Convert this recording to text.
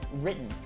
written